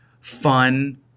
fun